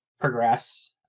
progress